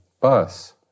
bus